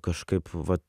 kažkaip vat